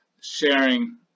sharing